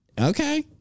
Okay